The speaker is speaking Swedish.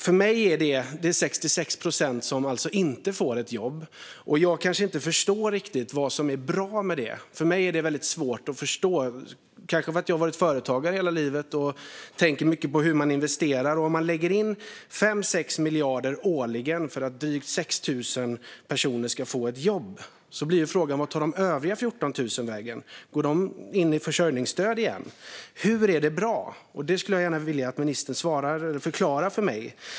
För mig är det 66 procent som inte får ett jobb. Jag kanske inte riktigt förstår vad som är bra med det. För mig är det väldigt svårt att förstå, kanske för att jag har varit företagare hela livet och tänker mycket på hur man investerar. Om man lägger in 5-6 miljarder årligen för att drygt 6 000 personer ska få ett jobb blir frågan: Vart tar de övriga 14 000 vägen? Går de in i försörjningsstöd igen? Hur är det bra? Det skulle jag gärna vilja att ministern förklarar för mig.